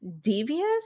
devious